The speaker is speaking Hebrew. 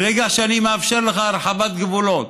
ברגע שאני מאפשר לך הרחבת גבולות